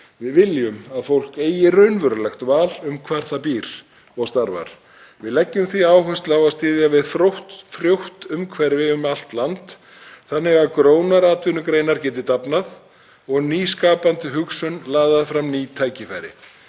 Við viljum að fólk eigi raunverulegt val um hvar það býr og starfar. Við leggjum því áherslu á að styðja við frjótt umhverfi um allt land þannig að grónar atvinnugreinar geti dafnað og ný skapandi hugsun laðað fram ný tækifæri.